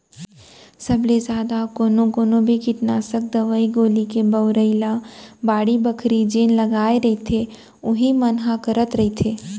सब ले जादा कोनो कोनो भी कीटनासक दवई गोली के बउरई ल बाड़ी बखरी जेन लगाय रहिथे उही मन ह करत रहिथे